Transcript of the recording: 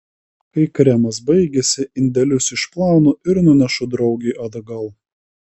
kai kremas baigiasi indelius išplaunu ir nunešu draugei atgal